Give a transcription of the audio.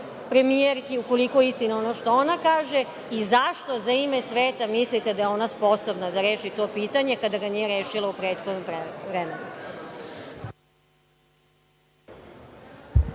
premijerki, ukoliko je istina ono što ona kaže? I, zašto, za ime sveta, mislite da je ona sposobna da reši to pitanje kada ga nije rešila u prethodnom vremenu?